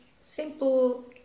simple